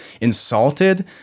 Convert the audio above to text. insulted